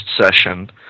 session